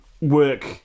work